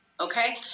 Okay